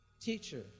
Teacher